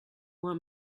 want